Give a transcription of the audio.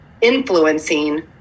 influencing